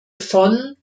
von